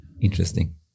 interesting